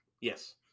Yes